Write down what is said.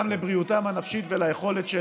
גם לבריאותם הנפשית וליכולת שלהם,